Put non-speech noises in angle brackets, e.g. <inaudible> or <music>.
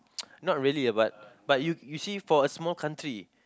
<noise> not really ah but but you you see for a small country